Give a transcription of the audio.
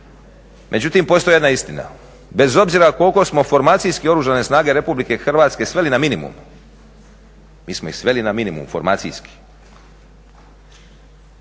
Međutim, postoji jedna istina, bez obzira koliko smo formacijski Oružane snage RH sveli na minimum, mi smo ih sveli na minimum formacijski,